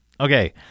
Okay